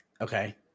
Okay